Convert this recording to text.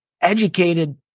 educated